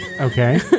Okay